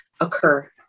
occur